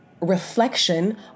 reflection